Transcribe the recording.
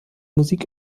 musik